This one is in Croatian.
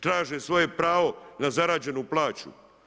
Traže svoje pravo na zarađenu plaću.